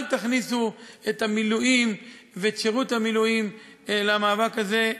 אל תכניסו את המילואים ואת שירות המילואים למאבק הזה.